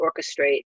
orchestrate